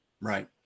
Right